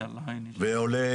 ועולה